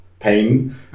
Pain